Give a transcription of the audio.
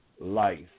life